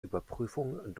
überprüfung